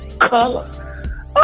color